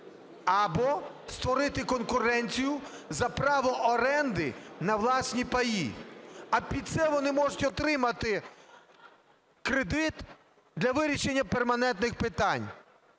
або створити конкуренцію за право оренди на власні паї. А під це вони можуть отримати кредит для вирішення перманентних питань.